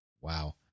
Wow